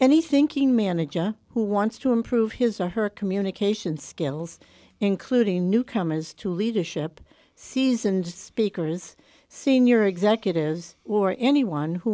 and he thinking manager who wants to improve his or her communication skills including newcomers to leadership seasoned speakers senior executives or anyone who